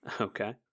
Okay